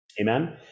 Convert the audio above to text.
Amen